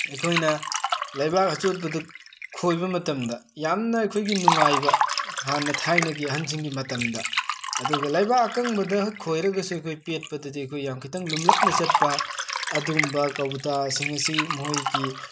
ꯑꯩꯈꯣꯏꯅ ꯂꯩꯕꯥꯛ ꯑꯆꯣꯠꯄꯗꯨ ꯈꯣꯏꯕ ꯃꯇꯝꯗ ꯌꯥꯝꯅ ꯑꯈꯣꯏꯒꯤ ꯅꯨꯡꯉꯥꯏꯕ ꯍꯥꯟꯅ ꯊꯥꯏꯅꯒꯤ ꯑꯍꯟꯁꯤꯡꯒꯤ ꯃꯇꯝꯗ ꯑꯗꯨꯒ ꯂꯩꯕꯥꯛ ꯑꯀꯪꯕꯗ ꯈꯣꯏꯔꯒꯁꯨ ꯑꯩꯈꯣꯏ ꯄꯦꯠꯄꯗꯗꯤ ꯑꯈꯣꯏ ꯌꯥꯝ ꯈꯤꯇꯪ ꯂꯨꯝꯂꯞꯅ ꯆꯠꯄ ꯑꯗꯨꯒꯨꯝꯕ ꯀꯧꯕꯨꯇꯥꯁꯤꯡ ꯑꯁꯤ ꯃꯍꯣꯏꯒꯤ